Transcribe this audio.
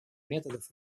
методов